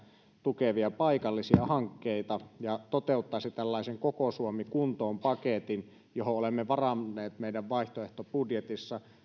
tukevia paikallisia hankkeita ja toteuttaisi tällaisen koko suomi kuntoon paketin johon olemme varanneet meidän vaihtoehtobudjetissamme